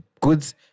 goods